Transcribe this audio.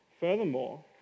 Furthermore